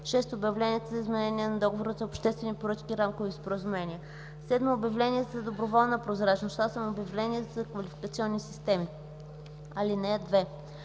6. обявленията за изменение на договори за обществени поръчки и рамкови споразумения; 7. обявленията за доброволна прозрачност; 8. обявленията за квалификационни системи. (2)